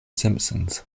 simpsons